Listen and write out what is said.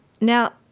Now